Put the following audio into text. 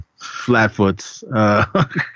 flatfoots